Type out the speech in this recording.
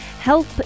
help